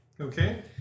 Okay